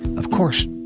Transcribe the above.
of course,